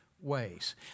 ways